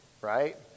Right